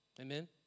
Amen